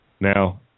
now